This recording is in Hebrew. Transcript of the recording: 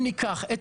אם ניקח את